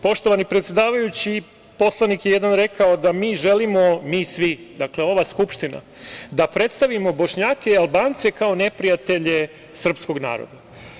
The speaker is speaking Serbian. Poštovani predsedavajući, jedan poslanik je rekao da mi želimo, mi svi, dakle ova Skupština, da predstavimo Bošnjake i Albance kao neprijatelje srpskog naroda.